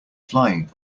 flying